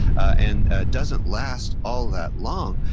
and doesn't last all that long.